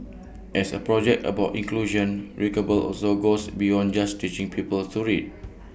as A project about inclusion readable also goes beyond just teaching people to read